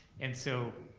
and so